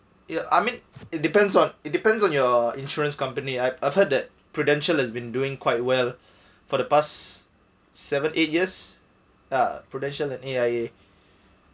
ya I mean it depends on it depends on your insurance company I have heard that prudential has been doing quite well for the past seven eight years uh prudential and A_I_A